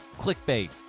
clickbait